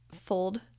fold